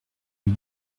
lui